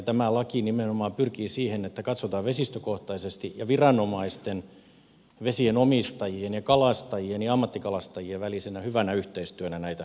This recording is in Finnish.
tämä laki nimenomaan pyrkii siihen että katsotaan vesistökohtaisesti ja viranomaisten vesien omistajien kalastajien ja ammattikalastajien välisenä hyvänä yhteistyönä näitä asioita